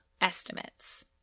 estimates